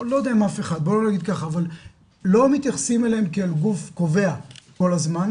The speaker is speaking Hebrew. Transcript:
לא מתייחסים אליהם כאל גוף קובע כל הזמן,